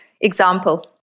example